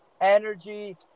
energy